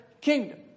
kingdom